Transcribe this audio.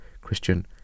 Christian